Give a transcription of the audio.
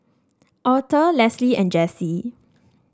Aurthur Leslie and Jessi